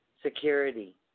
security